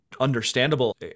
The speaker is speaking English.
understandable